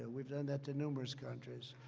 we've done that to numerous countries.